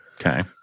okay